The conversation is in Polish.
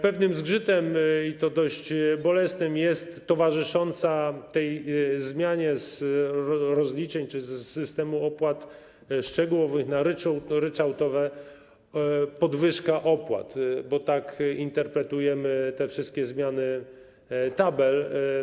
Pewnym zgrzytem, i to dość bolesnym, jest towarzysząca tej zmianie - przejściu z rozliczeń czy z systemu opłat szczegółowych na ryczałtowe - podwyżka opłat, bo tak interpretujemy te wszystkie zmiany tabel.